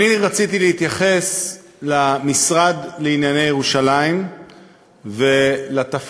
רציתי להתייחס למשרד לענייני ירושלים ולתפקידים